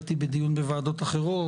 הייתי בדיון בוועדות אחרות.